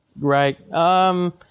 Right